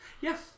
Yes